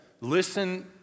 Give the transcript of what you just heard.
listen